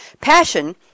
Passion